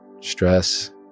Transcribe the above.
stress